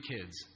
kids